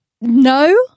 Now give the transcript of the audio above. No